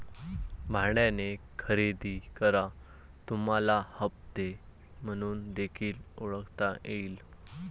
भाड्याने खरेदी करा तुम्हाला हप्ते म्हणून देखील ओळखता येईल